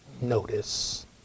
notice